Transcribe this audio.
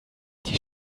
die